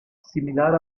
similar